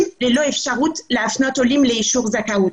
ללא אפשרות להפנות עולים לאישור זכאות.